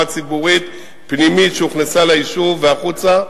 ציבורית פנימית שהוכנסה ליישוב והחוצה.